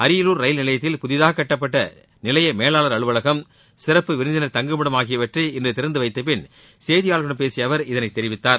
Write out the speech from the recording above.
அரியலூர் ரயில் நிலையத்தில் புதிதாக கட்டப்பட்ட நிலைய மேலாளர் அலுவலகம் சிறப்பு விருந்தினர் தங்குமிடம் ஆகியவற்றை இன்று திறந்துவைத்தப்பின் செய்தியாளர்களிடம் பேசிய அவர் இதனை தெரிவித்தார்